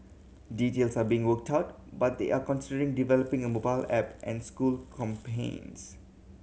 details are being worked out but they are considering developing a mobile app and school campaigns